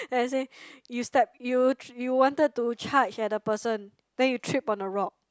then I say you step you you wanted to charge at the person then you trip on a rock